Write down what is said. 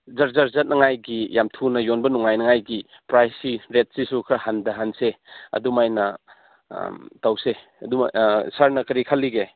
ꯖꯔ ꯖꯔ ꯆꯠꯅꯉꯥꯏꯒꯤ ꯌꯥꯝ ꯊꯨꯅ ꯌꯣꯟꯕ ꯅꯨꯡꯉꯥꯏꯅꯉꯥꯏꯒꯤ ꯄ꯭ꯔꯥꯏꯖꯁꯤ ꯔꯦꯠꯁꯤꯁꯨ ꯈꯔ ꯍꯟꯊꯍꯟꯁꯦ ꯑꯗꯨꯃꯥꯏꯅ ꯇꯧꯁꯦ ꯁꯥꯔꯅ ꯀꯔꯤ ꯈꯜꯂꯤꯒꯦ